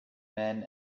men